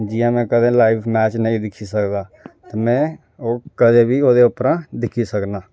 जियां में कदें लाइव मैच नेईं दिक्खी सकदा ते में ओह् कदें बी ओह्दे उप्परा दिक्खी सकना